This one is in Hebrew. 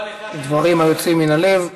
דברים היוצאים מן הלב.